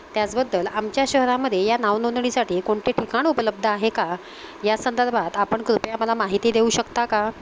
त्याचबद्दल आमच्या शहरामध्ये या नावनोंदणीसाठी कोणते ठिकाण उपलब्ध आहे का या संदर्भात आपण कृपया मला माहिती देऊ शकता का